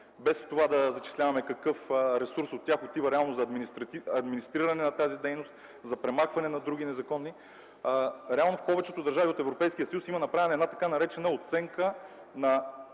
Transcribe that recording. без в това да начисляваме какъв ресурс от тях отива реално за администриране на тази дейност, за премахване на други незаконни, реално в повечето държави от Европейския съюз има направена една така наречена оценка на